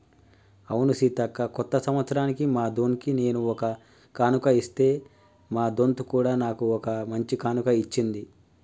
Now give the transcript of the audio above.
అవును సీతక్క కొత్త సంవత్సరానికి మా దొన్కి నేను ఒక కానుక ఇస్తే మా దొంత్ కూడా నాకు ఓ మంచి కానుక ఇచ్చింది